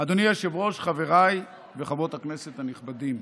אדוני היושב-ראש, חבריי וחברות הכנסת הנכבדים,